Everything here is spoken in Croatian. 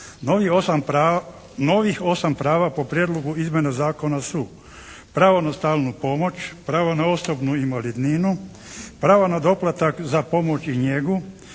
Novih 8 prava po prijedlogu izmjena zakona su: - pravo na stalnu pomoć, pravo na osobnu invalidninu, pravo na doplatak za pomoć i njegu,